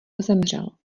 zemřel